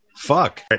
Fuck